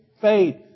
faith